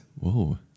Whoa